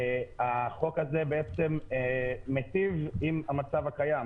החוק הזה מיטיב עם המצב הקיים.